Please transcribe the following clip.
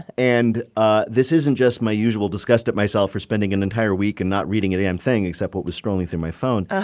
and ah this isn't just my usual disgust at myself for spending an entire week and not reading a damn thing except what was scrolling through my phone. ah